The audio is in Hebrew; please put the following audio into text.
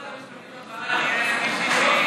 ואם שרת המשפטים הבאה תהיה מישהי שהיא,